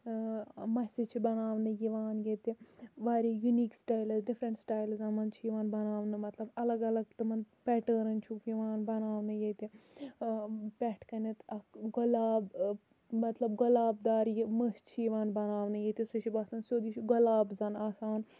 مَسہِ چھِ بَناونہٕ یِوان ییٚتہِ واریاہ یُنیٖک سٹایلٕز ڈِفرَنٹ سٹایلٕزَن مَنٛز چھِ یِوان بَناونہٕ مَطلَب اَلَگ اَلَگ تِمَن پیٚٹٲرٕنۍ چھُکھ یِوان بَناونہٕ ییٚتہِ پٮ۪ٹھ کَنیٚتھ اکھ گۄلاب مَطلَب گۄلاب دار مٔژھ چھِ یِوان بَناونہٕ ییٚتہِ سۄ چھِ باسان سۄ چھِ سیٚود گۄلاب زَن آسان